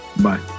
bye